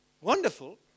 Wonderful